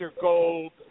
Gold